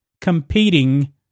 competing